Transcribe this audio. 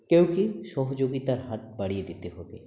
কাউকে সহযোগিতার হাত বাড়িয়ে দিতে হবে